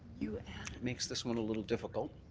you know makes this one a little difficult.